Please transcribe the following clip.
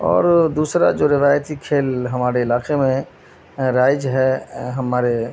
اور دوسرا جو روایتی کھیل ہمارے علاقے میں رائج ہے ہمارے